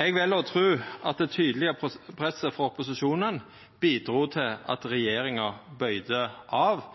Eg vel å tru at det tydelege presset frå opposisjonen bidrog til at